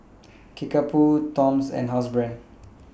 Kickapoo Toms and Housebrand